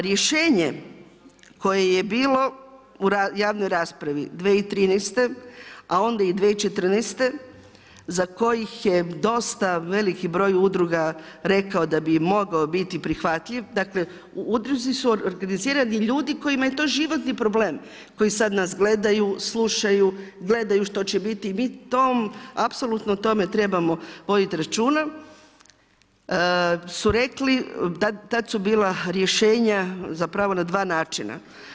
Rješenje koje je bilo u javnoj raspravi 2013., a onda i 2014. za kojih je dosta veliki broj udruga rekao da bi mogao biti prihvatljiv, dakle u udruzi su organizirani ljudi kojima je to životni problem, koji nas sada gledaju, slušaju, gledaju što će biti i mi o tom apsolutno trebamo voditi računa, su rekli, tada su bila rješenja na dva načina.